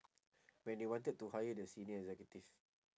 when they wanted to hire the senior executive